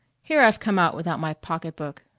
here i've come out without my pocketbook.